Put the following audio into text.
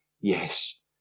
yes